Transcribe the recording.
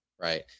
right